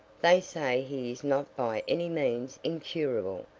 they say he is not by any means incurable.